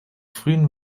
frühen